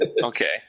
Okay